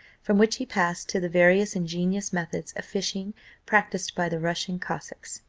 from which he passed to the various ingenious methods of fishing practised by the russian cossacks.